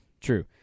true